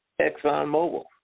ExxonMobil